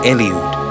Eliud